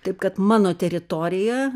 taip kad mano teritorija